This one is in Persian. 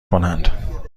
کنند